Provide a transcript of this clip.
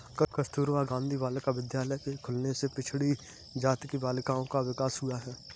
कस्तूरबा गाँधी बालिका विद्यालय के खुलने से पिछड़ी जाति की बालिकाओं का विकास हुआ है